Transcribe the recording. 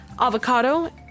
avocado